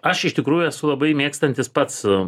aš iš tikrųjų esu labai mėgstantis pats